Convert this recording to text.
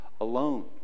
alone